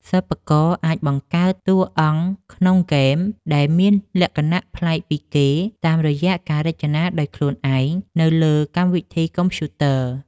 សិប្បករអាចបង្កើតតួអង្គក្នុងហ្គេមដែលមានលក្ខណៈប្លែកពីគេតាមរយៈការរចនាដោយខ្លួនឯងនៅលើកម្មវិធីកុំព្យូទ័រ។